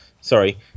Sorry